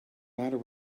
matter